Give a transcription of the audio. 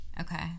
Okay